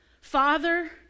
Father